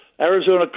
Arizona